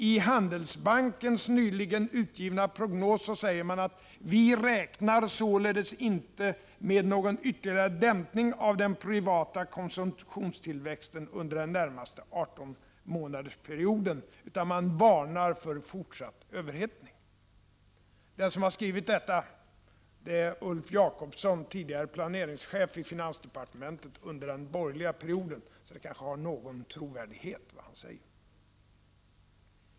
I Handelsbankens nyligen utgivna prognos säger man att man inte räknar med någon ytterligare dämpning av den privata konsumtionstillväxten under den närmaste 18-månadersperioden. Man varnar i stället för fortsatt överhettning. Den som har skrivit detta är Ulf Jakobsson, tidigare planeringschef i finansdepartementet under den borgerliga perioden. Vad han säger har därför kanske någon trovärdighet.